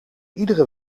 iedere